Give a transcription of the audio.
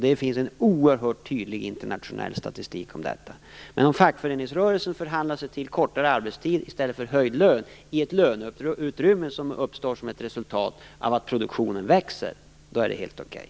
Det finns oerhört tydlig internationell statistik om detta. Om fackföreningsrörelsen förhandlar sig till kortare arbetstid i stället för höjd lön i det löneutrymme som uppstår som ett resultat av att produktionen växer är det helt okej.